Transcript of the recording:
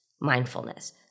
mindfulness